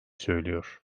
söylüyor